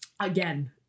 Again